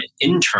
intern